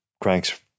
cranks